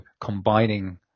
combining